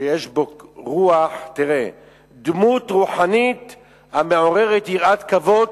שיש בו רוח, דמות רוחנית המעוררת יראת כבוד